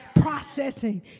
processing